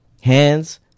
Hands